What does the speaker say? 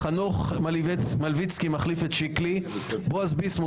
חנוך מלביצקי מחליף את שיקלי; בועז ביסמוט